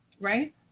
Right